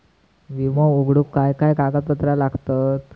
विमो उघडूक काय काय कागदपत्र लागतत?